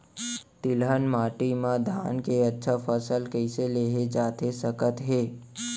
तिलहन माटी मा धान के अच्छा फसल कइसे लेहे जाथे सकत हे?